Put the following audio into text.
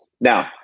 Now